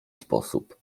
sposób